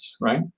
right